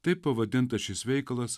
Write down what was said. taip pavadintas šis veikalas